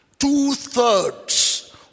Two-thirds